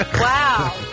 Wow